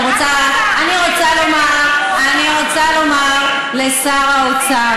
אני רוצה לומר לשר האוצר,